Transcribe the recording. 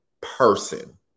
person